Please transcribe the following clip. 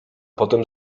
potem